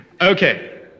Okay